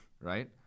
right